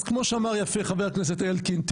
אז כמו שאמר יפה חבר הכנסת אלקין,